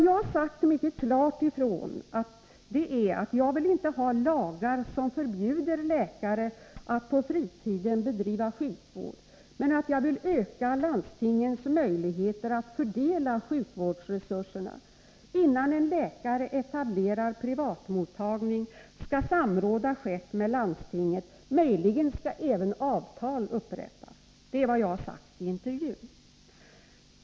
Jag har mycket klart sagt ifrån att jag inte vill ha lagar, som förbjuder läkare att på fritiden bedriva sjukvård, men att jag vill öka landstingens möjligheter att fördela sjukvårdsresurserna. Innan en läkare etablerar privatmottagning, skall samråd ha skett med landstinget. Möjligen skall även avtal upprättas. Det är vad jag har sagt i intervjun.